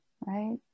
right